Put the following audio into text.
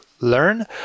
learn